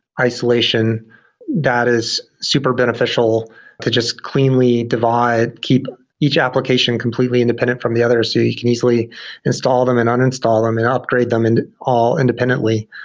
isolation that is super beneficial to just cleanly divide, keep each application completely independent from the other so you can easily install them and uninstall them and upgrade them and all independently.